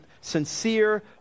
sincere